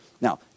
Now